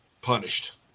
punished